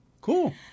cool